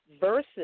versus